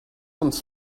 uns